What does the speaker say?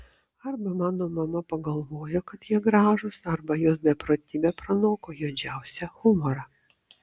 arba mano mama pagalvojo kad jie gražūs arba jos beprotybė pranoko juodžiausią humorą